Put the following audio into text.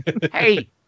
Hey